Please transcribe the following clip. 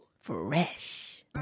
Fresh